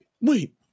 Wait